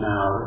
Now